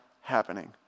happening